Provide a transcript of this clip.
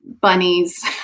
bunnies